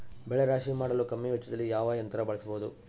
ಬೆಳೆ ರಾಶಿ ಮಾಡಲು ಕಮ್ಮಿ ವೆಚ್ಚದಲ್ಲಿ ಯಾವ ಯಂತ್ರ ಬಳಸಬಹುದು?